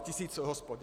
Tisíc hospod.